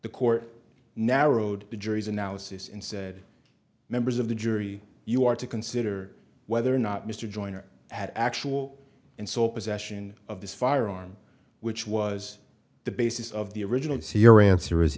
the court narrowed the jury's analysis and said members of the jury you are to consider whether or not mr joyner had actual and so possession of this firearm which was the basis of the original so your answer is